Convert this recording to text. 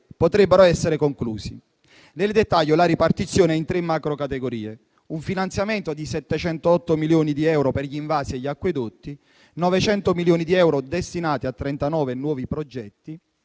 potrebbero essere conclusi. Nel dettaglio la ripartizione è in tre macro categorie: un finanziamento di 708 milioni di euro per gli invasi e gli acquedotti, 900 milioni di euro destinati a 39 nuovi progetti